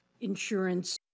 insurance